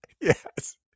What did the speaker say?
Yes